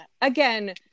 Again